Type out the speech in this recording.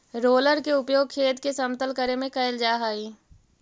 roller के उपयोग खेत के समतल करे में कैल जा हई